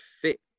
fit